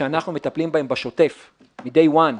שאנחנו מטפלים בהם בשוטף מהיום הראשון.